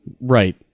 Right